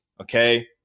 okay